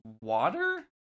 water